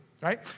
right